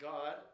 God